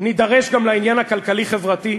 נידרש גם לעניין הכלכלי-חברתי,